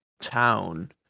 town